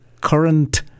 current